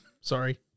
Sorry